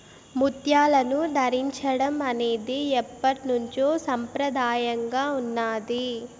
ముత్యాలను ధరించడం అనేది ఎప్పట్నుంచో సంప్రదాయంగా ఉన్నాది